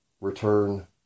return